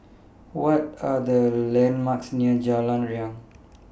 What Are The landmarks near Jalan Riang